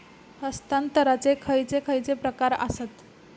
हस्तांतराचे खयचे खयचे प्रकार आसत?